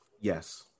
Yes